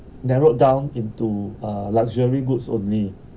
narrowed down into uh luxury goods only